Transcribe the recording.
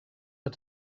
had